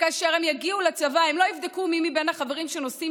וכאשר הם יגיעו לצבא הם לא יבדקו מי מבין החברים שנושאים